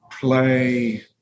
play